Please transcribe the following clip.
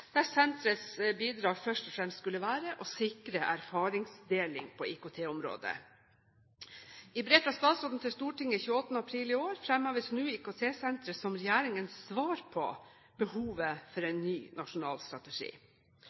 der senterets bidrag først og fremst skulle være å sikre erfaringsdeling på IKT-området. I brev fra statsråden til Stortinget den 28. april i år fremheves nå IKT-senteret som regjeringens svar på behovet for en ny nasjonal strategi.